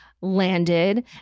landed